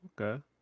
okay